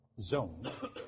zone